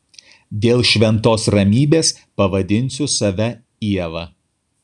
dėl šventos ramybės pavadinsiu save ieva